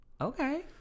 Okay